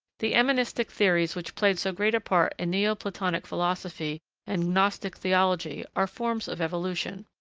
the emanistic theories which played so great a part in neoplatonic philosophy and gnostic theology are forms of evolution.